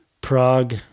prague